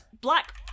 Black